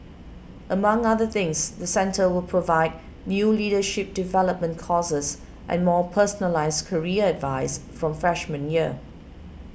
among other things the centre will provide new leadership development courses and more personalised career advice from freshman year